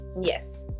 yes